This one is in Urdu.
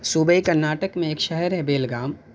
صوبے کرناٹک میں ایک شہر ہے بیلگام